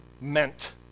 meant